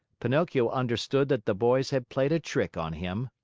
pinocchio understood that the boys had played a trick on him.